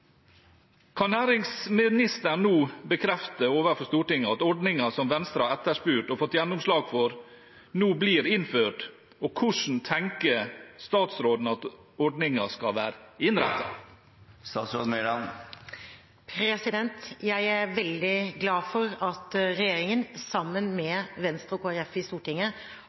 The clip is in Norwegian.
Kan næringsministeren bekrefte overfor Stortinget at ordningen som Venstre har etterspurt og fått gjennomslag for, nå blir innført? Og hvordan tenker statsråden at ordningen skal være innrettet? Jeg er veldig glad for at regjeringen sammen med Venstre og Kristelig Folkeparti i Stortinget